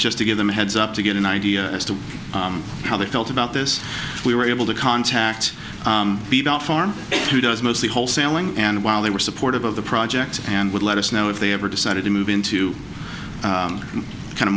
just to give them a heads up to get an idea as to how they felt about this we were able to contact the dot farm who does mostly wholesaling and while they were supportive of the project and would let us know if they ever decided to move into kind